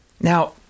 Now